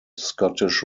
scottish